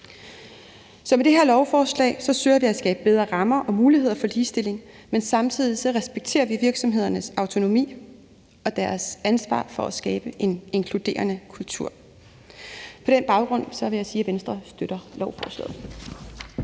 Med det her lovforslag ønsker vi at skabe bedre rammer og muligheder for ligestilling, men samtidig respekterer vi virksomhedernes autonomi og deres ansvar for at skabe en inkluderende kultur. På den baggrund vil jeg sige, at Venstre støtter lovforslaget.